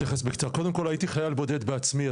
קודם כל הייתי חייל בודד בעצמי.